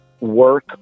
work